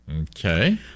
Okay